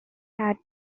had